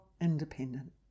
independent